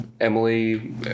Emily